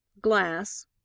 Glass